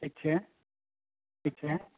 ઠીક છે ઠીક છે